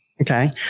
okay